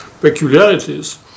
peculiarities